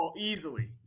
easily